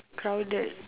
crowded